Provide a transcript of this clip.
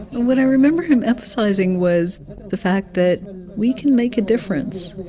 what i remember him emphasizing was the fact that we can make a difference.